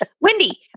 Wendy